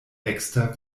ekster